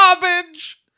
garbage